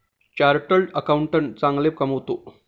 chartered accountant चांगले कमावतो